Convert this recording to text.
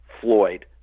Floyd